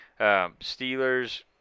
steelers